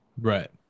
right